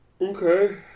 Okay